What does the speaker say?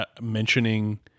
mentioning